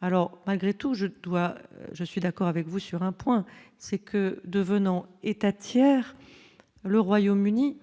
alors malgré tout, je dois, je suis d'accord avec vous sur un point, c'est que devenant États tiers le Royaume-Uni